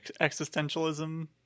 Existentialism